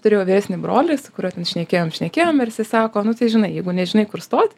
turėjau vyresnį brolį su kuriuo šnekėjom šnekėjom ir jisai sako nu tai žinai jeigu nežinai kur stot